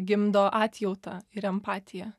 gimdo atjautą ir empatiją